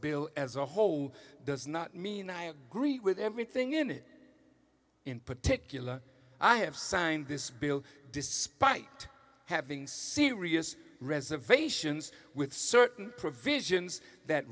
bill as a whole does not mean i agree with everything in it in particular i have signed this bill despite having serious reservations with certain provisions that